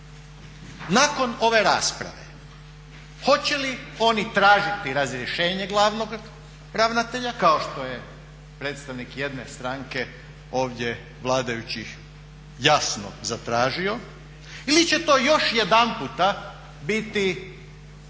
nakon ove rasprave? Hoće li oni tražiti razrješenje glavnog ravnatelja kao što je predstavnik jedne stranke ovdje vladajućih jasno zatražio ili će to još jedanputa biti